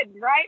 Right